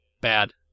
Bad